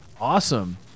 Awesome